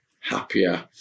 happier